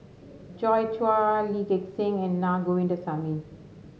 Joi Chua Lee Gek Seng and Naa Govindasamy